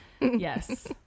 Yes